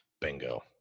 Bingo